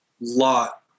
lot